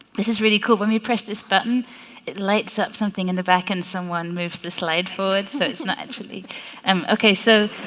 this is really cool when you press this button it lights up something in the back and someone moves the slide forward so it's not actually and okay so